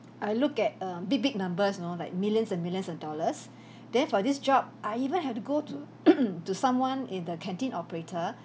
I look at uh big big numbers you know like millions and millions of dollars then for this job I even have to go to to someone in the canteen operator